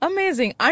Amazing